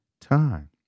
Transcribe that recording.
time